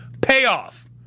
payoff